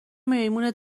میمون